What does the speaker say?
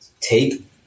take